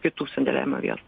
kitų sandėliavimo vietų